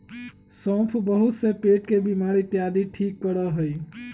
सौंफ बहुत से पेट के बीमारी इत्यादि के ठीक करा हई